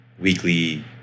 weekly